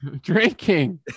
Drinking